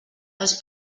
els